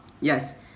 Yes